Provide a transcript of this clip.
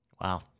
Wow